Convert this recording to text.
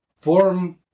form